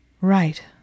Right